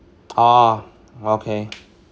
ah okay